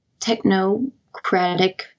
technocratic